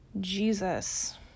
Jesus